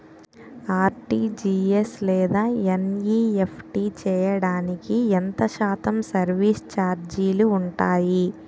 RTGS లేదా NEFT చేయడానికి ఎంత శాతం సర్విస్ ఛార్జీలు ఉంటాయి?